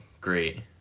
great